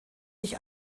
sich